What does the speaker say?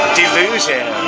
delusion